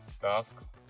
tasks